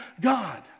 God